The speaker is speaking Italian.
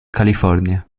california